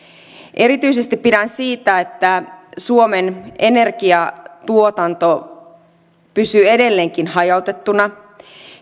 erityisesti pidän siitä että suomen energiatuotanto pysyy edelleenkin hajautettuna